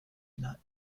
not